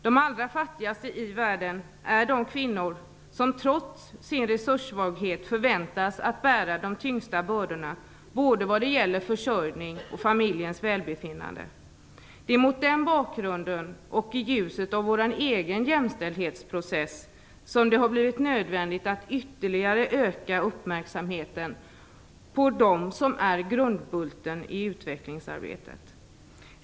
De allra fattigaste i världen är de kvinnor som trots sin resurssvaghet förväntas bära de tyngsta bördorna, både vad gäller försörjning och familjens välbefinnande. Det är mot den bakgrunden och i ljuset av vår egen jämställdhetsprocess som det har blivit nödvändigt att ytterligare öka uppmärksamheten på dem som är grundbulten i utvecklingsarbetet.